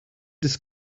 this